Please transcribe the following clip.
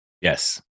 Yes